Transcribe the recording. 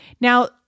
Now